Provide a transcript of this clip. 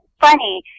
funny